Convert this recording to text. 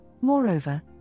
moreover